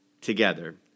together